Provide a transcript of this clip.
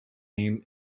name